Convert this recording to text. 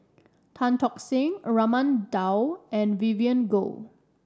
Tan Tock Seng Raman Daud and Vivien Goh